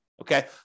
okay